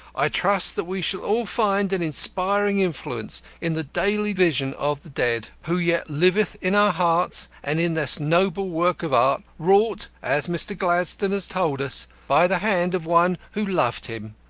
i trust that we shall all find an inspiring influence in the daily vision of the dead, who yet liveth in our hearts and in this noble work of art wrought, as mr. gladstone has told us, by the hand of one who loved him.